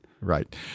right